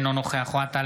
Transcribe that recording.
אינו נוכח אוהד טל,